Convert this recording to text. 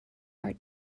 art